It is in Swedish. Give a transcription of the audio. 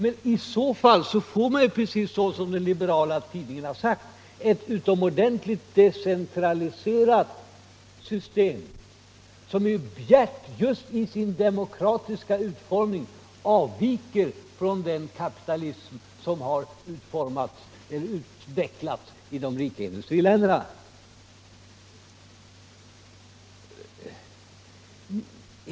Men i så fall får man, precis som den liberala tidningen har sagt, ett utomordentligt decentraliserat system som just i sin demokratiska utformning bjärt avviker från den kapitalism som har utvecklats i de rika industriländerna.